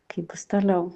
kaip bus toliau